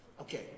Okay